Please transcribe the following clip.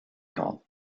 call